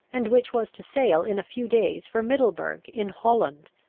and which was to sail in a few days for middleburgh in holland.